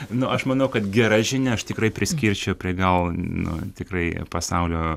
nu aš manau kad gera žinia aš tikrai priskirčiau prie gal nu tikrai pasaulio